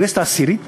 בכנסת העשירית